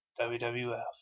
WWF